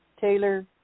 Taylor